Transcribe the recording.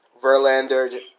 Verlander